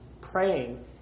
praying